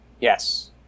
Yes